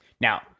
now